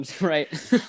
Right